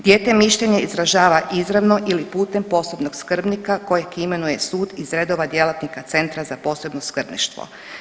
Dijete mišljenje izražava izravno ili putem posebnog skrbnika kojeg imenuje sud iz redova djelatnika Centra za posebno skrbništvo.